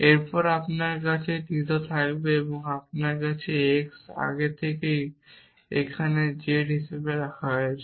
এবং আপনার কাছে থিটা থাকবে এখন আপনার কাছে x আগে থেকেই এখানে z হিসেবে রাখা হয়েছে